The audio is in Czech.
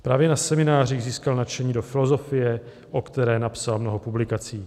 Právě na seminářích získal nadšení do filozofie, o které napsal mnoho publikací.